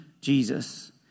Jesus